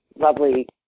lovely